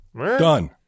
done